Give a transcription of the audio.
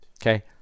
okay